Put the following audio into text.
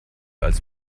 als